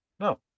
No